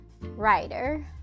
writer